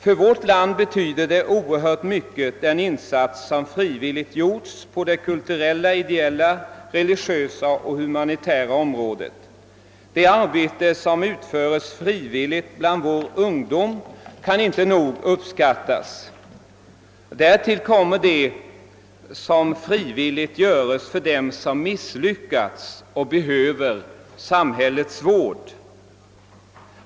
Den frivilliga insatsen på det kulturella, ideella, relisiösa och humanitära området betyder oerhört mycket för vårt land. Det arbete som utförs frivilligt bland vår ungdom kan inte nog uppskattas. Därtill kommer det som frivilligt görs för dem som misslyckats och behöver samhällets vård.